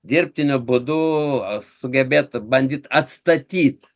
dirbtiniu būdu sugebėt bandyt atstatyt